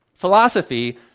Philosophy